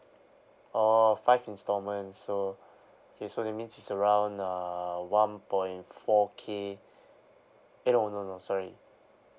oh five installments so okay so that means it's around err one point four K eh no no no sorry